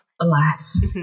Alas